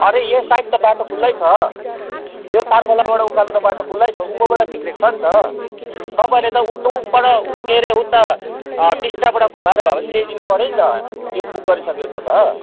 अरे यो साइट त बाटो खुल्लै छ यो तारखोलाबाट उकालो त बाटो खुल्लै छ उँभोबाट बिग्रेको छ नि त तपाईँहरूले उ पर के अरे उता टिस्टाबाट घुमाएर भए पनि ल्याइदिनु पऱ्यो नि त त्यो बुक गरिसकेको त